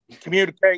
communicate